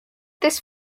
this